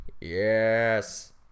yes